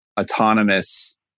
autonomous